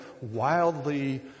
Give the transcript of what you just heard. wildly